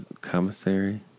commissary